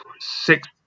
six